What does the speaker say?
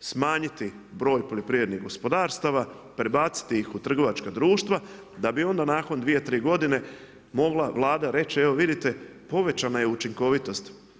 smanjiti broj poljoprivrednih gospodarstava, prebaciti ih u trgovačka društva, da bi onda nakon 2, 3 godine, mogla Vlada reći, evo vidite povećana je učinkovitost.